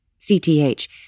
CTH